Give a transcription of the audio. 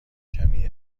کمی